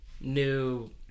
...new